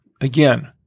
Again